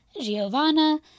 Giovanna